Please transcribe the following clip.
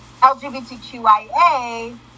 LGBTQIA